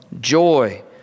joy